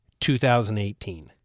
2018